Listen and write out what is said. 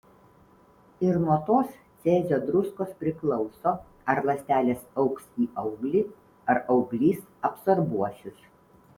ir nuo tos cezio druskos priklauso ar ląstelės augs į auglį ar auglys absorbuosis